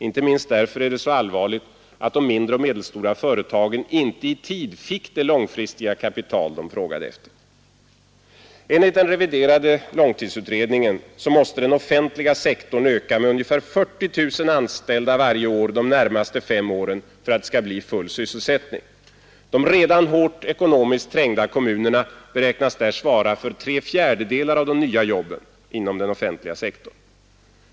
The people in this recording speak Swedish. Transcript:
Inte minst därför är det så allvarligt att de mindre och de medelstora företagen inte i tid fick det långfristiga kapital de frågat efter. Enligt den reviderade långtidsutredningen måste den offentliga sektorn öka med ungefär 40 000 anställda varje år de närmaste fem åren för att det skall bli full sysselsättning. De redan hårt ekonomiskt trängda kommunerna beräknas svara för tre fjärdedelar av de nya jobben inom den offentliga sektorn.